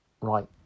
right